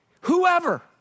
Whoever